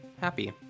happy